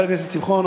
חבר הכנסת שמחון,